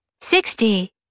sixty